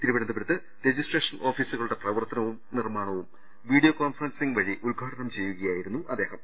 തിരുവനന്തപുരത്ത് രജിസ്ട്രേഷൻ ഓഫീ സുകളുടെ പ്രവർത്തനവും നിർമ്മാണവും വീഡിയോ കോൺഫറൻസിംഗ് വഴി ഉദ്ഘാടനം ചെയ്യുകയായിരുന്നു അദ്ദേഹം